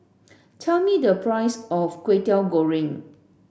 tell me the price of Kway Teow Goreng